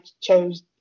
chose